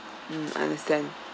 mm understand